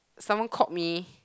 someone called me